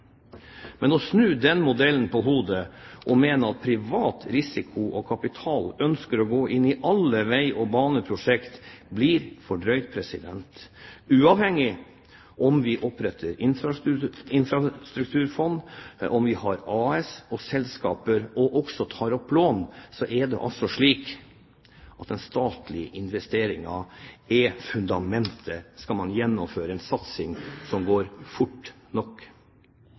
Men å snu den modellen på hodet og mene at privat risiko og kapital ønsker å gå inn i alle vei- og baneprosjekter, blir for drøyt. Uavhengig av om vi oppretter infrastrukturfond, om vi har AS og andre selskaper og også tar opp lån, er det altså slik at den statlige investeringen er fundamentet om man skal gjennomføre en satsing som går fort nok.